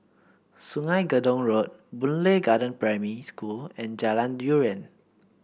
Sungei Gedong Road Boon Lay Garden Primary School and Jalan Durian